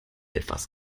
etwas